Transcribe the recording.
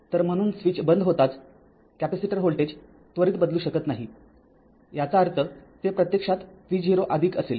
तरम्हणून switch बंद होताच capacitor voltage त्वरित बदलू शकत नाही याचा अर्थते प्रत्यक्षात v0 असेल